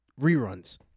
reruns